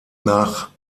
nach